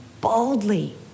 boldly